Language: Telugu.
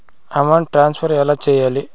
అమౌంట్ ట్రాన్స్ఫర్ ఎలా సేయాలి